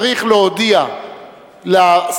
צריך להודיע לסיעות,